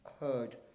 heard